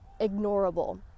ignorable